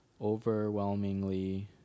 overwhelmingly